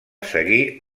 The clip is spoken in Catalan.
seguir